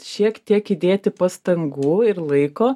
šiek tiek įdėti pastangų ir laiko